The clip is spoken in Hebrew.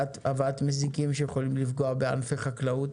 הבאת מזיקים שיכולים לפגוע בענפי חקלאות,